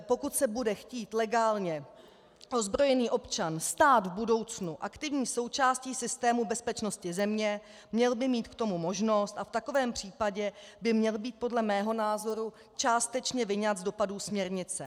Pokud se bude chtít legálně ozbrojený občan stát v budoucnu aktivní součástí systému bezpečnosti země, měl by mít k tomu možnost a v takovém případě by měl být podle mého názoru částečně vyňat z dopadů směrnice.